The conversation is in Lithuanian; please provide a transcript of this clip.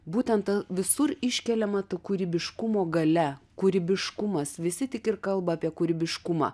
būtent ta visur iškeliama ta kūrybiškumo galia kūrybiškumas visi tik ir kalba apie kūrybiškumą